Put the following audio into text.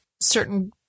certain